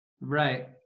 Right